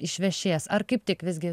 išvešės ar kaip tik visgi